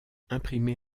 imprimé